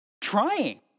Trying